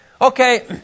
okay